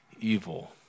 evil